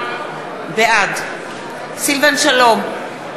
בעד סילבן שלום,